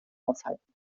aushalten